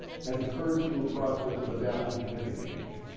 has occurred through a process of adaptive genetic change.